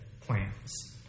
plans